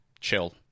chill